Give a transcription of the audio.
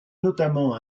notamment